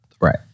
Right